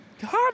God